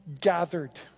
gathered